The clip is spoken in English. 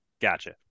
Gotcha